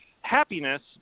happiness